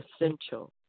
essential